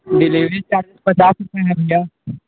delivery charge तो पचास रुपए है भैया